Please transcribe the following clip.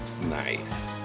Nice